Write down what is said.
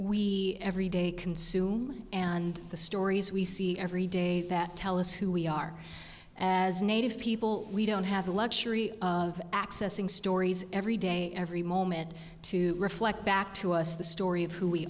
we every day consume and the stories we see every day that tell us who we are as native people we don't have the luxury of accessing stories every day every moment to reflect back to us the story of who we